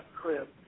crib